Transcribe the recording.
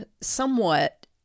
somewhat